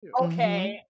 okay